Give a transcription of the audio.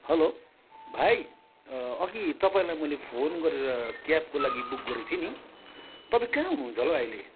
hello भाइ अघि तपाईँहरूलाई मैले फोन गरेर क्याबको लागि बुक गरेको थिएँ नि तपाईँ कहाँ हुनुहुन्छ होला अहिले